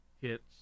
hits